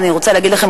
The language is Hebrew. אני רוצה להגיד לכם,